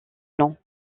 long